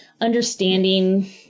understanding